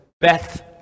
Beth